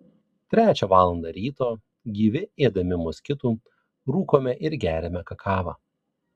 trečią valandą ryto gyvi ėdami moskitų rūkome ir geriame kakavą